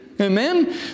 Amen